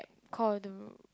like call the